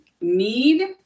need